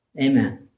amen